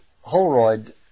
Holroyd